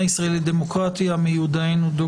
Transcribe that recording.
אז היום הזה בשנה או התקופה הזאת בחייה של המדינה שבה חופש